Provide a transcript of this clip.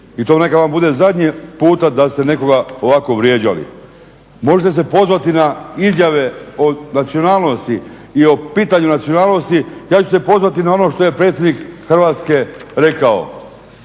i to neka vam bude zadnji puta da ste nekoga ovako vrijeđali. Možete se pozvati na izjave o nacionalnosti i pitanju nacionalnosti, ja ću se pozvati na ono što je predsjednik Hrvatske rekao